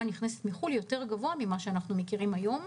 הנכנסת מחו"ל יותר גבוה ממה שאנחנו מכירים היום.